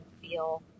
feel